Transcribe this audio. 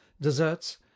desserts